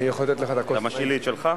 אם סיימת את דבריך,